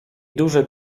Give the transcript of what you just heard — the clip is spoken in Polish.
duże